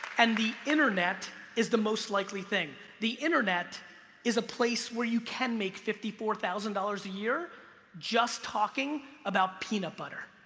and the internet is the most likely thing. the internet is a place where you can make fifty four thousand dollars a year just talking about peanut butter.